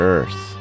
Earth